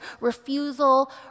refusal